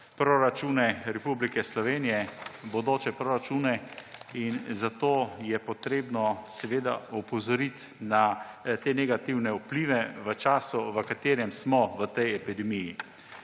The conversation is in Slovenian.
proračune Republike Slovenije, bodoče proračune, in zato je potrebno seveda opozoriti na te negativne vplive v času, v katerem smo v tej epidemiji.